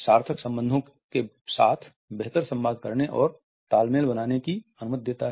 सार्थक संबंधों के साथ बेहतर संवाद करने और तालमेल बनाने की अनुमति देता है